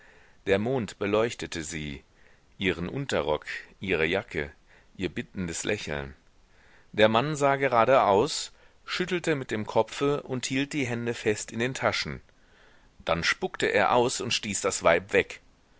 der mond beleuchtete sie ihren unterrock ihre jacke ihr bittendes lächeln der mann sah geradeaus schüttelte mit dem kopfe und hielt die hände fest in den taschen dann spuckte er aus und stieß das weib weg